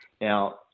now